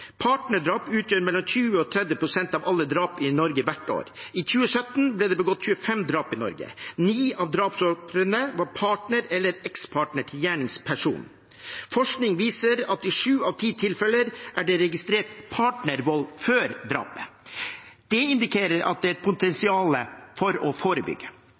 Partnerdrap utgjør mellom 20 pst. og 30 pst av alle drap i Norge hvert år. I 2017 ble det begått 25 drap i Norge. Ni av drapsofrene var partner eller ekspartner til gjerningspersonen. Forskning viser at i sju av ti tilfeller er det registrert partnervold før drapet. Det indikerer at det er et potensial for å forebygge.